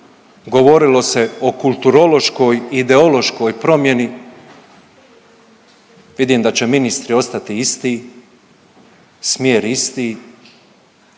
Govorilo se o kulturološko-ideološkoj promjeni, vidim da će ministri ostati isti, smjer isti,